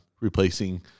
replacing